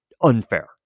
unfair